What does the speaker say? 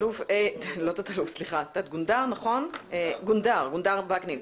גונדר וקנין,